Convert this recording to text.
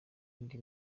indi